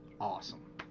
awesome